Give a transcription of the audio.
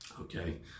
okay